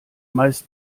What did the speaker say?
meist